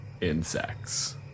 insects